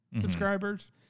subscribers